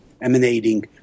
emanating